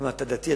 אתה דתי,